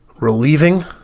relieving